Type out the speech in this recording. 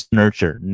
nurture